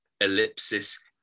Ellipsis